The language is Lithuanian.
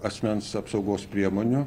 asmens apsaugos priemonių